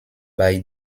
bei